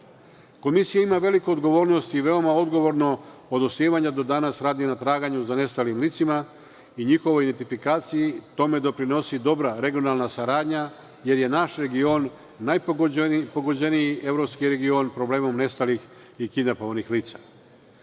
komisije. Komisija ima veliku odgovornost i veoma odgovorno od osnivanja do danas radi na traganju za nestalim licima i njihovoj identifikaciji. Tome doprinosi i dobra regionalna saradnja jer je naš region najpogođeniji evropski region problemom nestalih i kidnapovanih lica,